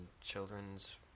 children's